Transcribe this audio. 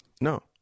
no